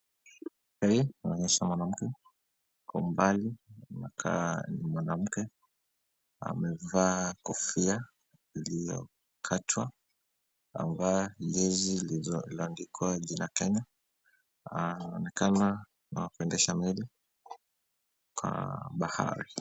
Hii inaonyesha mwanamke, kwa umbali. Inakaa ni mwanamke, amevaa kofia iliyokatwa, amevaa jezi iliyoandikwa jina Kenya. Anaonekana akiendesha meli kwa bahari.